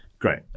Great